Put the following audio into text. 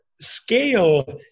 scale